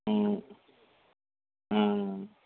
ம் ம்